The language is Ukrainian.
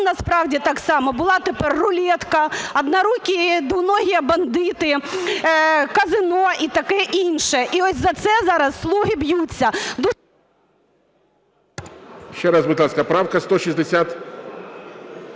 насправді так само була тепер рулетка, "однорукі" і "двуногі бандити", казино і таке інше. І от за це зараз "слуги" б'ються... ГОЛОВУЮЧИЙ. Ще раз, будь ласка, правка 160…?